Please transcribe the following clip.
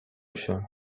się